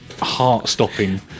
heart-stopping